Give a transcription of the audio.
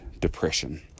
depression